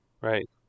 right